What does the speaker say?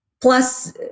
plus